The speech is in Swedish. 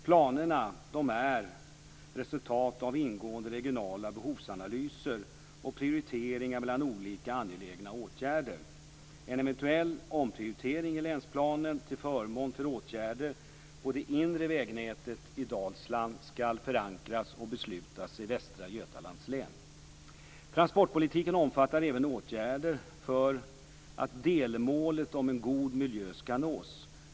Planerna är ett resultat av ingående regionala behovsanalyser och prioriteringar mellan olika, angelägna åtgärder. En eventuell omprioritering i länsplanen till förmån för åtgärder på det inre vägnätet i Dalsland skall förankras och beslutas i Västra Götalands län. Transportpolitiken omfattar även åtgärder för att delmålet om en god miljö skall nås.